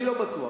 אני לא בטוח.